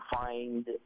find